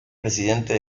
presidente